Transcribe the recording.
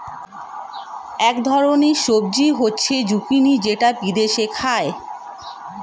এক ধরনের সবজি হচ্ছে জুকিনি যেটা বিদেশে খায়